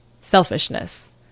selfishness